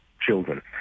children